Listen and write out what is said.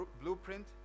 blueprint